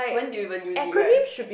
when do you even use it right